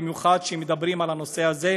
במיוחד כשמדברים על הנושא הזה,